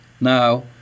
now